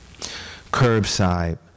curbside